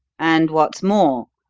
and what's more,